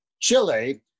Chile